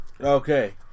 Okay